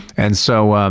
and so, um